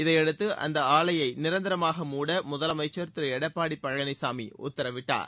இதையடுத்து அந்த ஆலையை நிரந்தரமாக மூட முதலமைச்ச் திரு எடப்பாடி பழனிசாமி உத்தரவிட்டார்